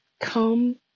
come